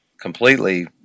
completely